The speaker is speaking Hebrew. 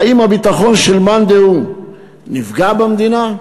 האם הביטחון של מאן דהוא נפגע במדינה?